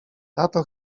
tato